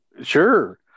Sure